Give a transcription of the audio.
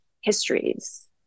histories